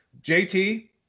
JT